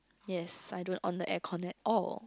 yes I don't on the aircon at all